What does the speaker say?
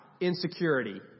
insecurity